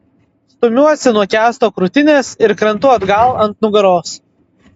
stumiuosi nuo kęsto krūtinės ir krentu atgal ant nugaros